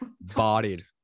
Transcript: Bodied